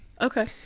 Okay